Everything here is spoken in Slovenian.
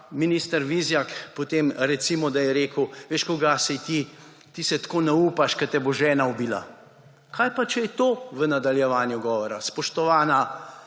minister Vizjak potem, recimo, da je rekel: »Veš kaj, saj ti se tako ne upaš, ker te bo žena ubila.« Kaj pa če je to v nadaljevanju govora, spoštovana